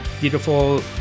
beautiful